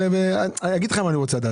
אני אגיד לך מה אני רוצה לדעת,